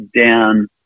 down